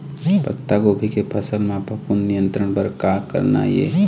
पत्तागोभी के फसल म फफूंद नियंत्रण बर का करना ये?